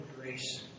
grace